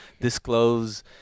disclose